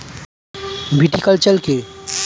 Viticulture কী?